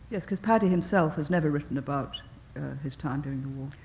yes, because paddy himself has never written about his time during the war.